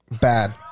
Bad